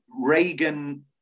Reagan